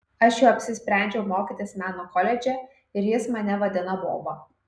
aš jau apsisprendžiau mokytis meno koledže ir jis mane vadina boba